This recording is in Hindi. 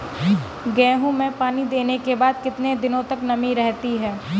गेहूँ में पानी देने के बाद कितने दिनो तक नमी रहती है?